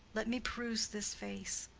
let me peruse this face.